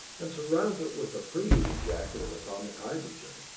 and surrounds it with a preheating jacket of atomic hydrogen.